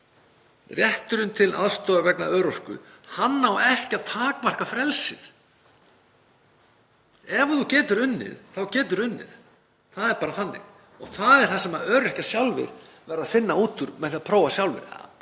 Rétturinn til aðstoðar vegna örorku á ekki að takmarka frelsið. Ef þú getur unnið þá getur þú unnið. Það er bara þannig og það er það sem öryrkjar sjálfir verða að finna út úr með því að prófa sjálfir,